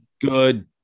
good